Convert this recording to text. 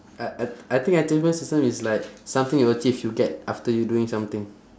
I I I think achievement system is like something you achieve you get after you doing something